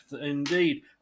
Indeed